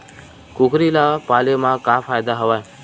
कुकरी ल पाले म का फ़ायदा हवय?